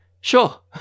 Sure